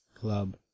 Club